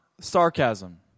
sarcasm